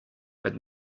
but